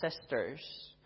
sisters